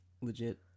legit